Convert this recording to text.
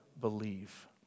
believe